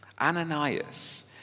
Ananias